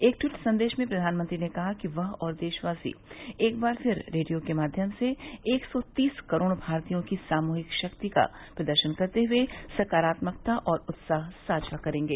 एक ट्वीट संदेश में प्रधानमंत्री ने कहा कि वह और देशवासी एक बार फिर रेडियो के माध्यम से एक सौ तीस करोड़ भारतीयों की सामूहिक शक्ति का प्रदर्शन करते हुए सकारात्मकता और उत्साह साझा करेंगे